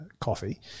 coffee